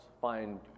find